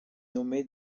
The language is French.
nommé